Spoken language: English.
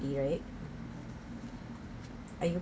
right